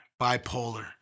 bipolar